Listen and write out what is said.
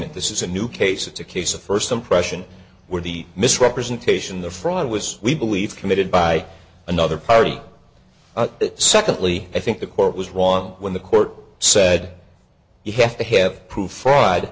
nt this is a new case it's a case of first impression where the misrepresentation the fraud was we believe committed by another party secondly i think the court was wrong when the court said you have to have proof